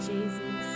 Jesus